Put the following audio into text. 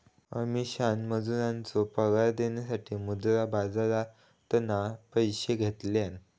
अमीषान मजुरांचो पगार देऊसाठी मुद्रा बाजारातना पैशे घेतल्यान